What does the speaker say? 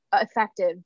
effective